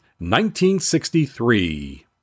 1963